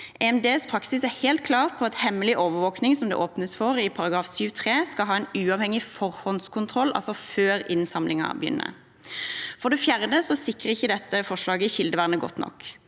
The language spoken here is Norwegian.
EMDs praksis er helt klar på at hemmelig overvåkning, som det åpnes for i § 7-3, skal ha en uavhengig forhåndskontroll, altså før innsamlingen begynner. For det fjerde sikrer ikke dette forslaget kildevernet godt nok.